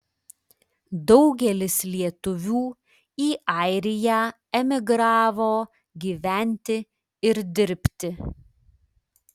daugelis lietuvių į airiją emigravo gyventi ir dirbti